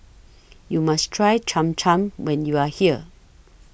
YOU must Try Cham Cham when YOU Are here